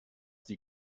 die